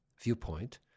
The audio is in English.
Viewpoint